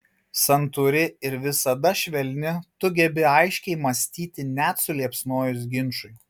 santūri ir visada švelni tu gebi aiškiai mąstyti net suliepsnojus ginčui